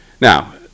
Now